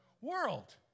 world